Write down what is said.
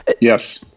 Yes